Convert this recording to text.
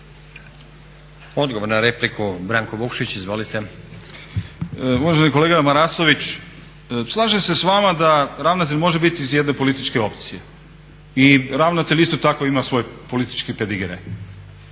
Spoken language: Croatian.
Odgovor na repliku, Branko Vukšić. Izvolite. **Vukšić, Branko (Nezavisni)** Uvaženi kolega Marasović, slažem se sa vama da ravnatelj može biti iz jedne političke opcije i ravnatelj isto tako ima svoj politički pedigre.